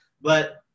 But-